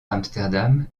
amsterdam